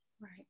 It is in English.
Right